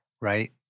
Right